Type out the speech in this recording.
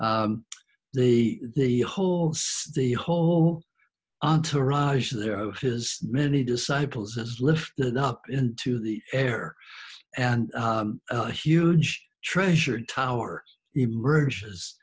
the the whole the whole entourage there of his many disciples is lifted up into the air and a huge treasure tower emerges